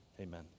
amen